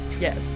Yes